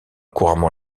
couramment